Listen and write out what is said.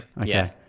Okay